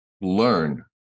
learn